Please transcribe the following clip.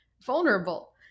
vulnerable